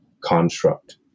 construct